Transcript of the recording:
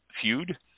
feud